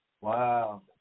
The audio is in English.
Wow